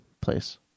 place